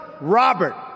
Robert